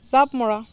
জাপ মৰা